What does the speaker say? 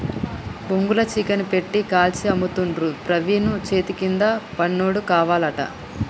బొంగుల చికెన్ పెట్టి కాల్చి అమ్ముతుండు ప్రవీణు చేతికింద పనోడు కావాలట